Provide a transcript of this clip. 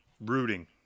rooting